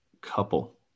couple